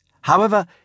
However